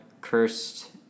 cursed